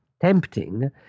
tempting